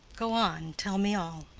go on tell me all.